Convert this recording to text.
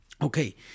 Okay